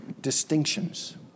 Distinctions